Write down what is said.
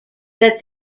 that